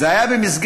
זה היה במסגרת,